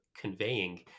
conveying